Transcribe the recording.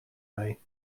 mee